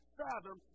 fathom